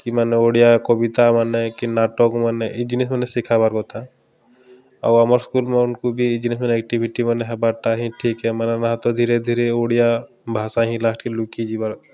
କି ମାନେ ଓଡ଼ିଆ କବିତାମାନେ କି ନାଟକ୍ମାନେ ଇ ଜିନିଷ୍ମାନେ ଶିଖାବାର୍ କଥା ଆଉ ଆମର୍ ସ୍କୁଲ୍ମାନକୁ ବି ଇ ଜିନିଷ୍ମାନେ ଆକ୍ଟିଭିଟି ମାନେ ହେବାର୍ଟା ହିଁ ଠିକ୍ ମାନେ ନାଇଁ ହେଲେ ତ ଧୀରେ ଧୀରେ ଓଡ଼ିଆ ଭାଷା ହିଁ ଲାଷ୍ଟ୍କେ ଲୁକି ଯିବା